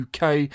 UK